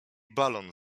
balon